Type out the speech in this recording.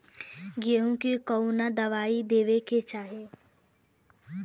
गेहूँ मे कवन दवाई देवे के चाही?